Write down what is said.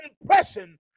impression